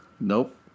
Nope